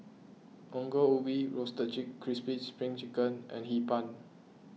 Ongol Ubi Roasted Crispy Spring Chicken and Hee Pan